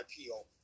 appeal